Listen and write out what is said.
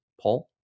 paul